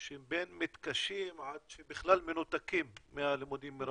שהם בין מתקשים עד בכלל מנותקים מהלימודים מרחוק.